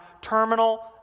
terminal